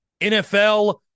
NFL